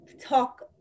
talk